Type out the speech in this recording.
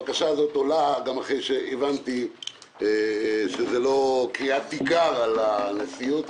הבקשה הזו עולה גם אחרי שהבנתי שזו לא קריאת תיגר על הנשיאות,